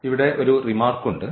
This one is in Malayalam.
ഇവിടെ ഒരു റിമാർക്ക് ഉണ്ട്